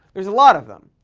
there's a lot of them,